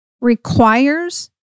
requires